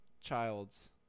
childs